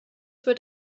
wird